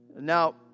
Now